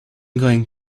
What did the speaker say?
going